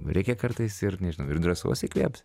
reikia kartais ir nežinau ir drąsos įkvėpt